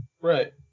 Right